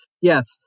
Yes